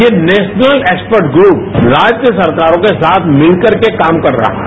ये national expert group राज्य सरकारों के साथ मिलकर के काम कर रहा है